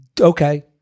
Okay